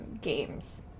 games